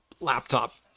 laptop